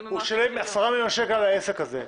הוא שילם 10 מיליון שקלים על העסק הזה.